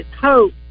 Hope